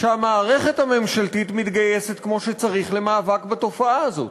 שהמערכת הממשלתית מתגייסת כמו שצריך למאבק בתופעה הזאת.